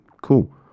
Cool